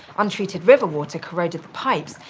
untreated river water corroded the pipes,